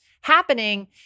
happening